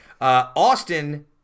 Austin